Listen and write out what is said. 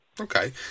Okay